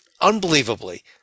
unbelievably